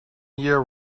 year